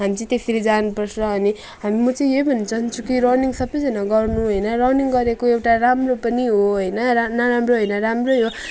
हामी चाहिँ त्यसरी जानुपर्छ अनि हामी म चाहिँ यही भन्न चाहन्छु कि रनिङ सबैजना गर्नु होइन रनिङ गरेको एउटा राम्रो पनि हो होइन रा नराम्रो होइन राम्रै हो